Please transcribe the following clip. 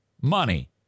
money